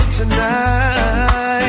tonight